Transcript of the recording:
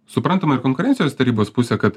suprantama ir konkurencijos tarybos pusė kad